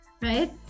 right